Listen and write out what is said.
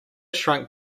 shrunk